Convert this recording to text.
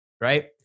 right